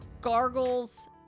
gargles